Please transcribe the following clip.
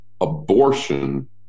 abortion